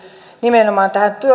nimenomaan tähän